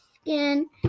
skin